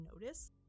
notice